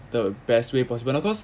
the best way possible lah cause